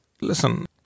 listen